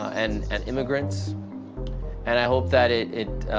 and and immigrants and i hope that it it